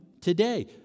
today